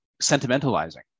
sentimentalizing